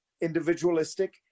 individualistic